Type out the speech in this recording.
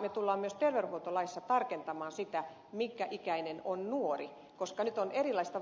me tulemme myös terveydenhuoltolaissa tarkentamaan sitä minkä ikäinen on nuori koska nyt on